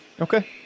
Okay